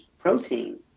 protein